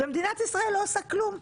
ומדינת ישראל לא עושה כלום,